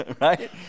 right